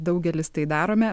daugelis tai darome